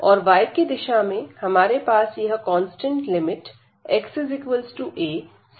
और y की दिशा में हमारे पास यह कांस्टेंट लिमिट xaसे xbतक है